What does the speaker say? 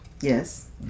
Yes